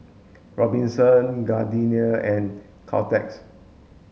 Gobinsons Gardenia and Caltex